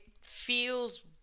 feels